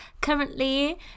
currently